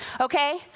Okay